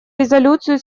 резолюцию